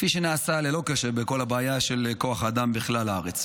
כפי שנעשה ללא קשר עם בעיית כוח האדם בכלל הארץ.